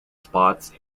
spots